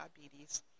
diabetes